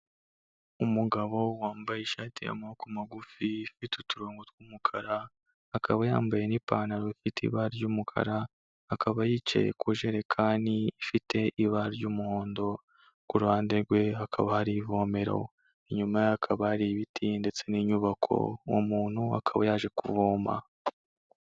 Umugabo wambaye ishati yamaboko magufi ifite uturongo tw'umukara akaba yambaye n'ipantaro ifite ibara ry'umukara akaba yicaye ku jerekani ifite ibara ry'umuhondo, kuhande rwe hakaba hari ivomero, inyuma ye hakaba hari ibiti ndetse n'inyubako, uwo umuntu akaba yaje kuvoma.